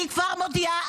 אני כבר מודיעה,